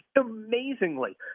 amazingly